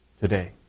today